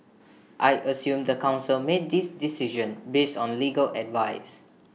I assume the Council made this decision based on legal advice